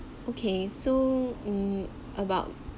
okay so mm about